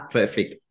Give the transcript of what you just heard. Perfect